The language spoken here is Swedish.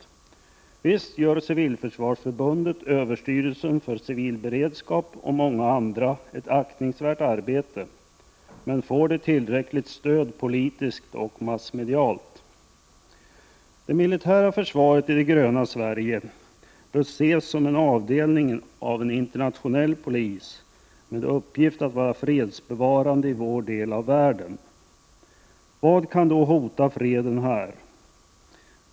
Visst gör Civilförsvarsförbundet, överstyrelsen för civil beredskap och många andra ett aktningsvärt arbete, men får de tillräckligt stöd politiskt och massmedialt? Det militära försvaret i det gröna Sverige bör ses som en avdelning av en internationell polis med uppgift att vara fredsbevarande i vår del av världen. Vad kan då hota freden här?